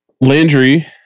Landry